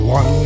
One